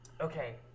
Okay